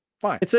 Fine